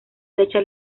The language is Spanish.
flecha